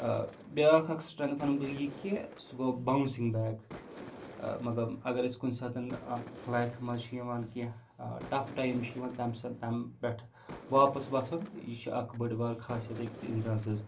بیٛاکھ اَکھ سٕٹرَٛنٛگٕتھ وَنہٕ بہٕ یہِ کہِ سُہ گوٚو باونٛسِنٛگ بیگ مطلب اگر أسۍ کُنہِ ساتہٕ لایفہِ منٛز چھِ یِوان کیٚنٛہہ ٹَف ٹایم چھِ یِوان تَمہِ ساتہٕ تَمہِ پٮ۪ٹھٕ واپَس وۄتھُن یہِ چھِ اَکھ بٔڑ بار خاصیت أکِس اِنسان سٕنٛز